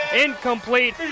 Incomplete